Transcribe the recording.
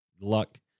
luck